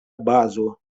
bazo